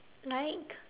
like